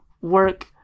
work